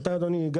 אדוני,